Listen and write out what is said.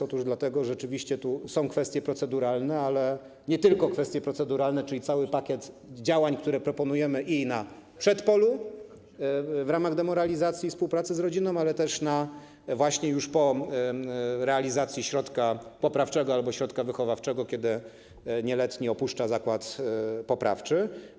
Otóż rzeczywiście są tu kwestie proceduralne, ale nie tylko kwestie proceduralne, czyli cały pakiet działań, które proponujemy i na przedpolu, w ramach demoralizacji i współpracy z rodziną, ale też na właśnie już po realizacji środka poprawczego albo środka wychowawczego, kiedy nieletni opuszcza zakład poprawczy.